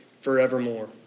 forevermore